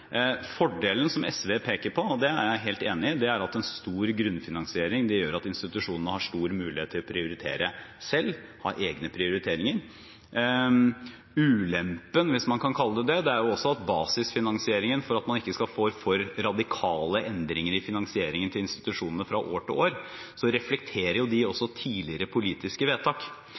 Fordelen som SV peker på – og det er jeg helt enig i – er at en stor grunnfinansiering gjør at institusjonene har stor mulighet til å prioritere selv, ha egne prioriteringer. Ulempen, hvis man kan kalle det det, er jo at basisfinansieringen, for at man ikke skal få for radikale endringer i finansieringen til institusjonene fra år til år, reflekterer